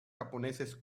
japoneses